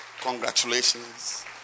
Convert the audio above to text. Congratulations